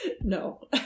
No